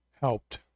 helped